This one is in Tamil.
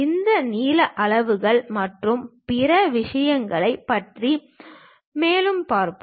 இந்த நீள அளவுகள் மற்றும் பிற விஷயங்களைப் பற்றி மேலும் பார்ப்போம்